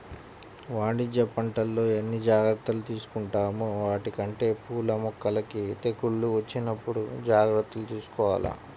వాణిజ్య పంటల్లో ఎన్ని జాగర్తలు తీసుకుంటామో వాటికంటే పూల మొక్కలకి తెగుళ్ళు వచ్చినప్పుడు జాగర్తలు తీసుకోవాల